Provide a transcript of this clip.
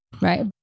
right